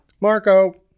Marco